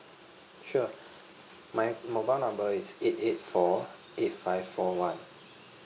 sure my mobile number is eight eight four eight five four one